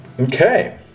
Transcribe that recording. Okay